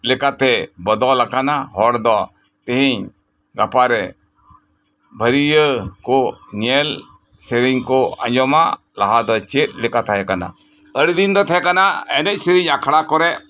ᱞᱮᱠᱟᱛᱮ ᱵᱚᱫᱚᱞ ᱟᱠᱟᱱᱟ ᱦᱚᱲ ᱫᱚ ᱛᱮᱹᱦᱮᱹᱧ ᱜᱟᱯᱟᱨᱮ ᱵᱷᱟᱹᱨᱭᱟᱹ ᱠᱚ ᱧᱮᱞ ᱥᱮᱹᱨᱮᱹᱧ ᱠᱚ ᱟᱸᱡᱚᱢᱟ ᱞᱟᱦᱟ ᱫᱚ ᱪᱮᱫ ᱞᱮᱠᱟ ᱛᱟᱦᱮᱸ ᱠᱟᱱᱟ ᱟᱰᱤᱫᱤᱱ ᱫᱚ ᱛᱟᱦᱮᱸ ᱠᱟᱱᱟ ᱮᱱᱮᱡ ᱥᱮᱹᱨᱮᱹᱧ ᱟᱠᱷᱲᱟ ᱠᱚᱨᱮ